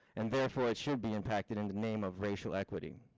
and therefore should be impacted in the name of racial equity.